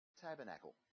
tabernacle